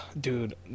Dude